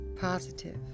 positive